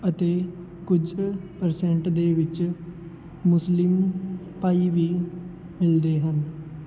ਅਤੇ ਕੁਝ ਪ੍ਰਸੈਂਟ ਦੇ ਵਿੱਚ ਮੁਸਲਿਮ ਭਾਈ ਵੀ ਮਿਲਦੇ ਹਨ